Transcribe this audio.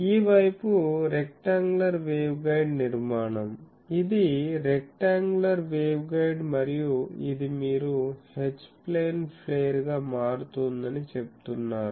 ఈ వైపు rectangular waveguide నిర్మాణం ఇది రెక్టాoగులార్ వేవ్గైడ్ మరియు ఇది మీరు H ప్లేన్ ఫ్లేర్ గా మారుతోందని చెప్తున్నారు